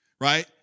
right